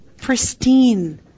pristine